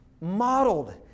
modeled